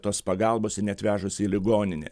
tos pagalbos ir neatvežus į ligoninę